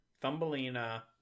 thumbelina